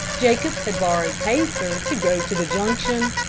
jacobs had borrowed pacer to go to the junction,